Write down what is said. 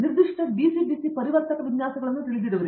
ನಿರ್ದಿಷ್ಟ DC DC ಪರಿವರ್ತಕ ವಿನ್ಯಾಸಗಳನ್ನು ನೀವು ತಿಳಿದಿರುವಿರಿ